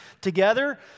together